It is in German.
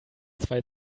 zwei